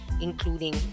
including